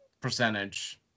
percentage